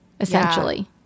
essentially